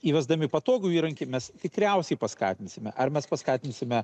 įvesdami patogų įrankį mes tikriausiai paskatinsime ar mes paskatinsime